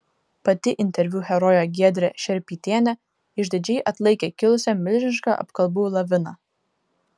pati interviu herojė giedrė šerpytienė išdidžiai atlaikė kilusią milžinišką apkalbų laviną